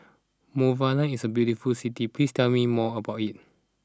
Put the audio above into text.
Monrovia is a beautiful city please tell me more about it